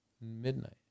midnight